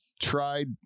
tried